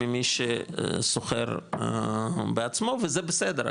ממי ששוכר בעצמו וזה בסדר,